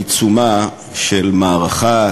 בעיצומה של מערכה,